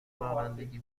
رانندگی